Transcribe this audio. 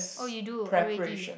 oh you do already